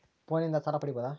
ಫೋನಿನಿಂದ ಸಾಲ ಪಡೇಬೋದ?